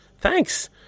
thanks